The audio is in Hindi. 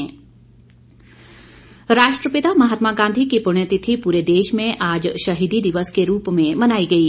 शहीदी दिवस राष्ट्रपिता महात्मा गांधी की पुण्यतिथि पूरे देश में आज शहीदी दिवस के रूप में मनाई गई